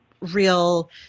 real